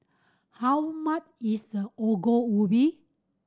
how much is the Ongol Ubi